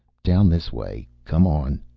down this way. come on.